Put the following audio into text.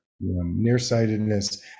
nearsightedness